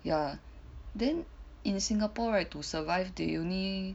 ya then in Singapore right to survive the UNI